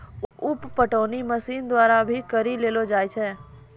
उप पटौनी मशीन द्वारा भी करी लेलो जाय छै